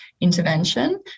Intervention